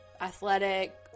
athletic